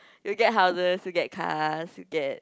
you get houses you get cars you get